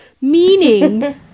meaning